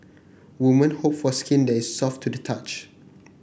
women hope for skin that is soft to the touch